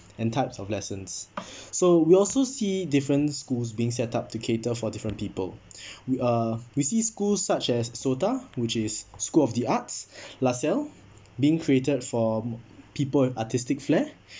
and types of lessons so we also see different schools being set up to cater for different people we uh we see schools such as SOTA which is school of the arts la salle being created for people with artistic flair